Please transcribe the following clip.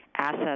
assets